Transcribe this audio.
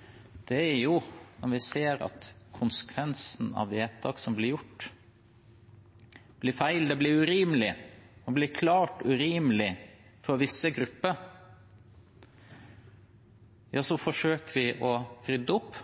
det aller viktigste for oss som folkevalgte i Stortinget, er jo at når vi ser at konsekvensen av vedtak som blir gjort, blir feil, det blir urimelig, det blir klart urimelig for visse grupper, så forsøker vi å rydde opp.